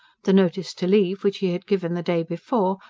the notice to leave, which he had given the day before,